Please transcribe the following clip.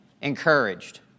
encouraged